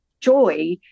joy